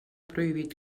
prohibit